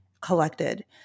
collected